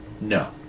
No